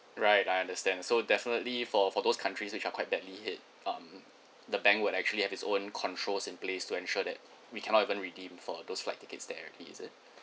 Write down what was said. alright I understand so definitely for for those countries which are quite badly head um the bank would actually have its own controls in place to ensure that we cannot even redeem for those flights there is it